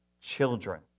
children